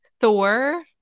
Thor